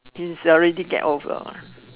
it's already get over